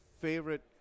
favorite